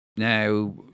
Now